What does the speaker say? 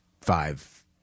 five